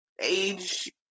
age